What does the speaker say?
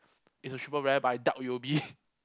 is a triple rare but I doubt it will be